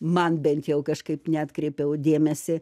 man bent jau kažkaip neatkreipiau dėmesį